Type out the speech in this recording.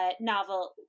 novel